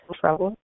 trouble